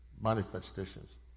manifestations